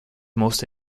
most